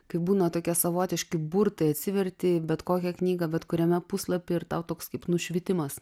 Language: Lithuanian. kai būna tokie savotiški burtai atsiverti bet kokią knygą bet kuriame puslapy ir tau toks kaip nušvitimas